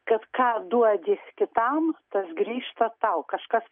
kad ką duodi kitam tas grįžta tau kažkas